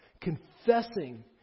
confessing